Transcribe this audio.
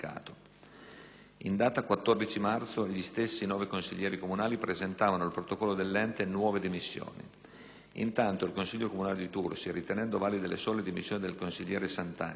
In data 14 marzo, gli stessi nove consiglieri comunali presentavano, al protocollo dell'ente, nuove dimissioni. Intanto il Consiglio comunale di Tursi, ritenendo valide le sole dimissioni del consigliere Santaganta